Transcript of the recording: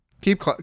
Keep